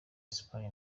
espagne